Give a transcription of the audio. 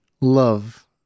love